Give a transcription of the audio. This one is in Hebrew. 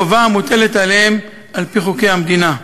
חובה המוטלת עליהם על-פי חוקי המדינה.